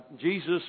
Jesus